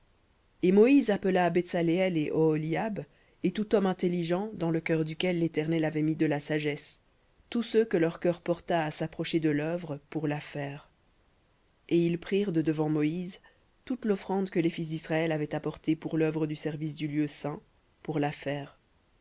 et moïse appela betsaleël et oholiab et tout homme intelligent dans le cœur duquel l'éternel avait mis de la sagesse tous ceux que leur cœur porta à s'approcher de l'œuvre pour la faire et ils prirent de devant moïse toute l'offrande que les fils d'israël avaient apportée pour l'œuvre du service du lieu saint pour